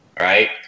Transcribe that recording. right